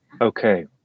Okay